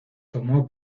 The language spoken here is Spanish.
tomó